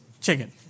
Chicken